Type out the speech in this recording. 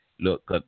Look